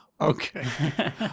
Okay